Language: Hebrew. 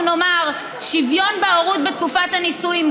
נאמר: שוויון בהורות בתקופת הנישואים,